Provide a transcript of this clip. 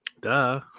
Duh